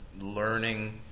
learning